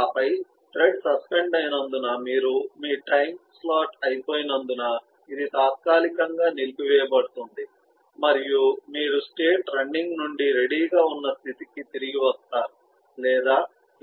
ఆపై thread suspend అయినందున మీరు మీ టైమ్ స్లాట్ అయిపోయినందున ఇది తాత్కాలికంగా నిలిపివేయబడుతుంది మరియు మీరు స్టేట్ రన్నింగ్ నుండి రెడీ గా ఉన్న స్థితి కి తిరిగి వస్తారు లేదా